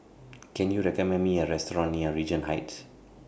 Can YOU recommend Me A Restaurant near Regent Heights